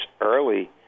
early